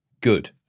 good